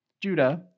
Judah